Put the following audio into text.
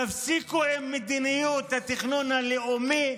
תפסיקו עם מדיניות התכנון הלאומי,